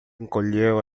encolheu